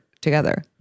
together